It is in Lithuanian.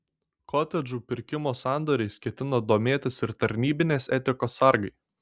kotedžų pirkimo sandoriais ketina domėtis ir tarnybinės etikos sargai